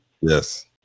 yes